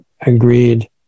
agreed